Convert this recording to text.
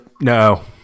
no